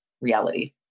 reality